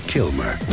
Kilmer